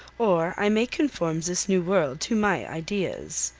or i may conform this new world to my ideas.